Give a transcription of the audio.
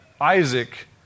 Isaac